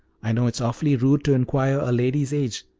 i know it is awfully rude to inquire a lady's age,